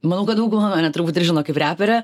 manau kad dauguma mane turbūt ir žino kaip reperę